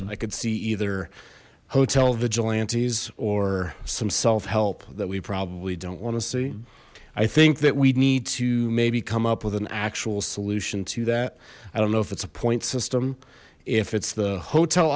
calls i could see either hotel vigilantes or some self help that we probably don't want to see i think that we need to maybe come up with an actual solution to that i don't know if it's a point system if it's the hotel